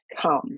come